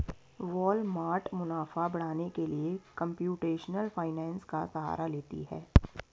Walmart मुनाफा बढ़ाने के लिए कंप्यूटेशनल फाइनेंस का सहारा लेती है